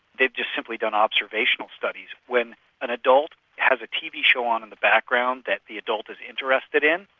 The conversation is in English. they've just simply done observation studies. when an adult has a tv show on in the background that the adult is interested in,